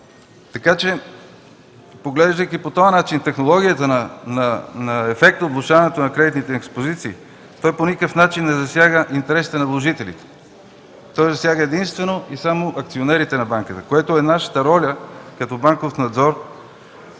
банката. Поглеждайки по този начин, технологията на ефекта от влошаването на кредитните експозиции по никакъв начин не засяга интересите на вложителите. Той засяга единствено и само акционерите на банката, което е нашата роля като банков надзор